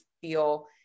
feel